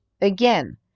again